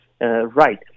right